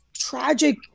tragic